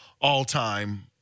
all-time